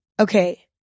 Okay